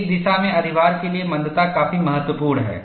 एक दिशा में अधिभार के लिए मंदता काफी महत्वपूर्ण है